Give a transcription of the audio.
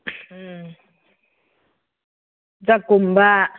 ꯎꯝ ꯖꯛꯀꯨꯝꯕ